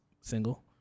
single